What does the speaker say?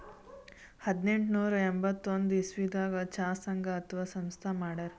ಹದನೆಂಟನೂರಾ ಎಂಬತ್ತೊಂದ್ ಇಸವಿದಾಗ್ ಚಾ ಸಂಘ ಅಥವಾ ಸಂಸ್ಥಾ ಮಾಡಿರು